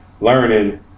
learning